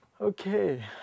Okay